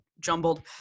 jumbled